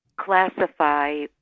classify